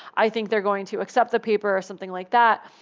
i think they're going to accept the paper, or something like that.